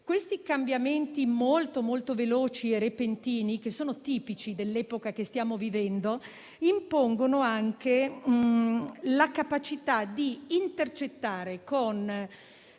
questi cambiamenti, davvero molto veloci e repentini, tipici dell'epoca che stiamo vivendo, impongono anche la capacità di intercettare